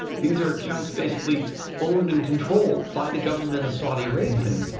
these are accounts basically owned and controlled by the government of saudi arabia,